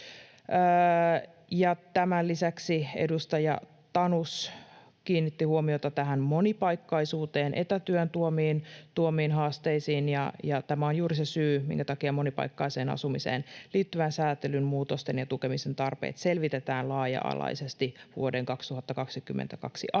Tämän lisäksi edustaja Tanus kiinnitti huomiota monipaikkaisuuteen, etätyön tuomiin haasteisiin. Tämä on juuri se syy, minkä takia monipaikkaiseen asumiseen liittyvät säätelyn, muutosten ja tukemisen tarpeet selvitetään laaja-alaisesti vuoden 2022 aikana.